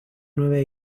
nueve